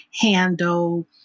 handle